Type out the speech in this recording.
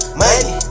money